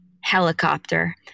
helicopter